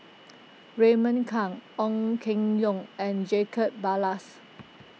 Raymond Kang Ong Keng Yong and Jacob Ballas